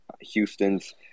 Houston's